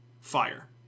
Fire